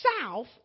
south